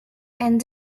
and